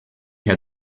had